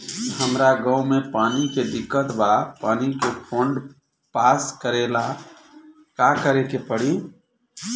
हमरा गॉव मे पानी के दिक्कत बा पानी के फोन्ड पास करेला का करे के पड़ी?